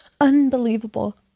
Unbelievable